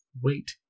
Wait